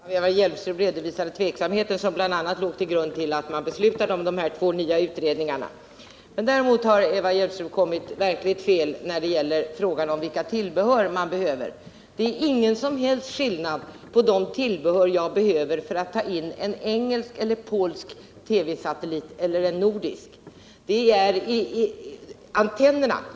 Herr talman! Det var bl.a. den av Eva Hjelmström redovisade tveksam 117 heten som låg till grund för att man beslutade om de två nya utredningarna. Däremot har Eva Hjelmström kommit verkligt fel när det gäller frågan om vilka tillbehör man behöver. Det är ingen som helst skillnad mellan de tillbehör jag behöver för att ta in en engelsk eller belgisk TV-satellit och dem jag behöver för att ta in en nordisk.